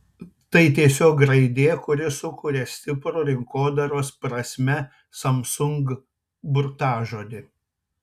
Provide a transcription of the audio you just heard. tai tiesiog raidė kuri sukuria stiprų rinkodaros prasme samsung burtažodį